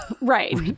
Right